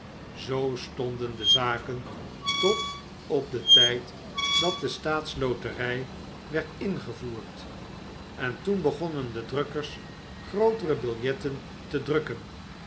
zoo stonden de zaken tot op den tijd dat de staats loterij werd ingevoerd en toen begonnen de drukkers grootere biljetten te drukken